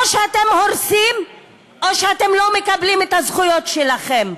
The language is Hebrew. או שאתם הורסים או שאתם לא מקבלים את הזכויות שלכם.